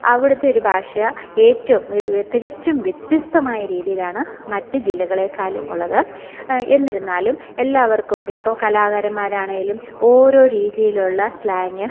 അവിടത്തെ ഒരു ഭാഷയാണ് ഏറ്റവും തികച്ചും വ്യത്യസ്തമായ രീതിയിലാണ് മറ്റു ജില്ലകളെക്കാളും ഉള്ളത് എന്നിരുന്നാലും എല്ലാവർക്കും ഇപ്പോൾ കലാകാരന്മാരാണെങ്കിലും ഓരോ രീതിയിലുള്ള സ്ലാങ്ങ്